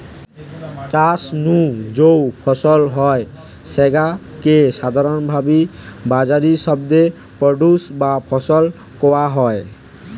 চাষ নু যৌ ফলন হয় স্যাগা কে সাধারণভাবি বাজারি শব্দে প্রোডিউস বা ফসল কয়া হয়